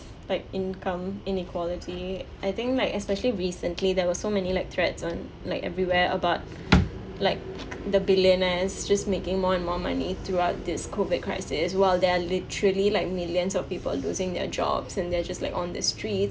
like income inequality I think like especially recently there were so many like threats on like everywhere about like the billionaires just making more and more money throughout this COVID crisis while there are literally like millions of people losing their jobs and they're just like on the street